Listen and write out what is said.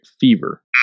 fever